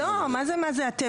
מה זה "מה זה אתם"?